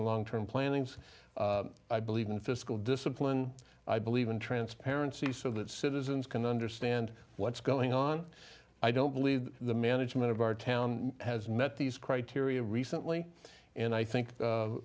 in long term planning so i believe in fiscal discipline i believe in transparency so that citizens can understand what's going on i don't believe the management of our town has met these criteria recently and i think